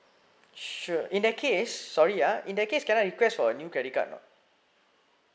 sure in that case sorry ah in that case can I request for a new credit card or not